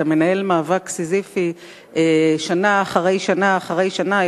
אתה מנהל מאבק סיזיפי שנה אחרי שנה אחרי שנה,